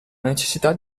necessità